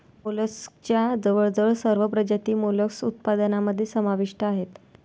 मोलस्कच्या जवळजवळ सर्व प्रजाती मोलस्क उत्पादनामध्ये समाविष्ट आहेत